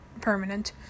permanent